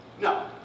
No